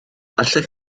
allech